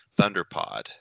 ThunderPod